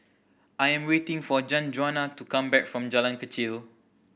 I am waiting for Sanjuana to come back from Jalan Kechil